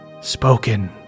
Spoken